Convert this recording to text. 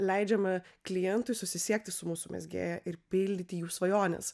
leidžiame klientui susisiekti su mūsų mezgėja ir pildyti jų svajones